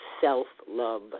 self-love